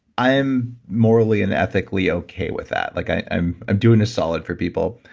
i am morally and ethically okay with that, like, i'm i'm doing a solid for people,